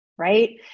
right